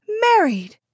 Married